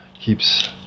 keeps